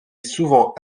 souvent